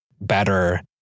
better